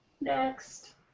Next